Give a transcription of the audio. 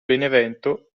benevento